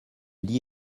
lit